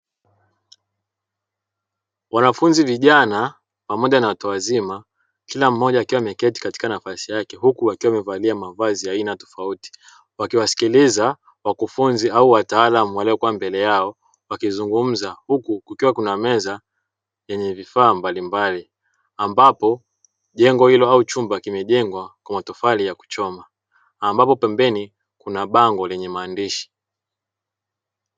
Wanafunzi vijana pamoja na watu wazima kila mmoja akiwa ameketi katika nafsi yake huku wakiwa wamevalia mavazi ya aina tofauti, wakiwasikiliza wakufunzi au wataalamu waliokuwa mbele yao wakizungumza. Huku kukiwa kuna meza yenye vifaa mbalimbali ambapo jengo hilo au chumba kimejengwa kwa matofali ya kuchoma, ambapo pembeni kuna bango lenye maandishi.